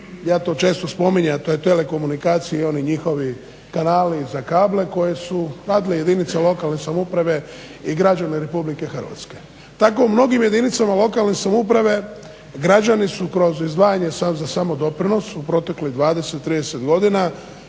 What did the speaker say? Ja to često spominjem, a to je telekomunikacija i oni njihovi kanali za kable koje su radile jedinice lokalne samouprave i građani RH. Tako u mnogim jedinicama lokalne samouprave građani su kroz izdvajanje za samodoprinos u proteklih 20, 30 godina